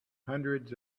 hundreds